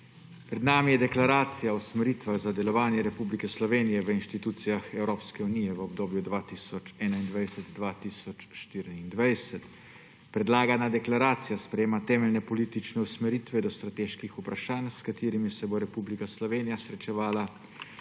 Pred nami je deklaracija o usmeritvah za delovanje Republike Slovenije v institucijah Evropske unije v obdobju 2021–2024. Predlagana deklaracija sprejema temeljne politične usmeritve do strateških vprašanj, s katerimi se bo Republika Slovenija srečevala